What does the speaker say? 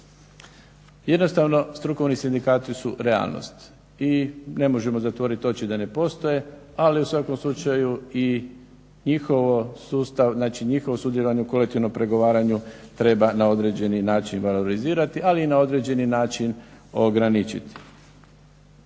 Jednostavno strukovni sindikati su realnost i ne možemo zatvoriti oči da ne postoje, ali u svakom slučaju i njihov sustav, znači njihovo sudjelovanje u kolektivnom pregovaranju treba na određeni način valorizirati, ali i na određeni način ograničiti.